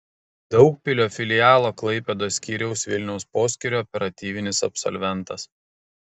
daugpilio filialo klaipėdos skyriaus vilniaus poskyrio operatyvinis absolventas